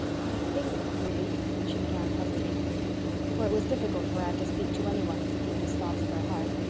i think, ruby, she began hesitatingly for it was difficult for anne to speak to any one of the deepest thoughts of her heart,